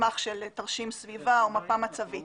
מסמך של תרשים סביבה או מפה מצבית.